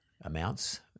amounts